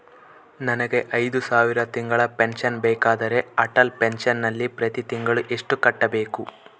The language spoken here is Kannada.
ನನಗೆ ಐದು ಸಾವಿರ ತಿಂಗಳ ಪೆನ್ಶನ್ ಬೇಕಾದರೆ ಅಟಲ್ ಪೆನ್ಶನ್ ನಲ್ಲಿ ಪ್ರತಿ ತಿಂಗಳು ಎಷ್ಟು ಕಟ್ಟಬೇಕು?